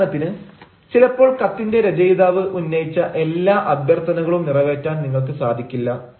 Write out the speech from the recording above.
ഉദാഹരണത്തിന് ചിലപ്പോൾ കത്തിന്റെ രചയിതാവ് ഉന്നയിച്ച എല്ലാ അഭ്യർത്ഥനകളും നിറവേറ്റാൻ നിങ്ങൾക്ക് സാധിക്കില്ല